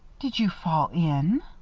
did you fall in?